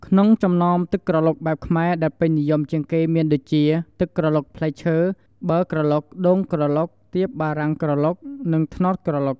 ក្នុងចំណោមទឹកក្រឡុកបែបខ្មែរដែលពេញនិយមជាងគេមានដូចជា ទឹកក្រឡុកផ្លែឈើ ប័រក្រឡុក ដូងក្រឡុក ទៀបបារាំងក្រឡុក និងត្នោតក្រឡុក។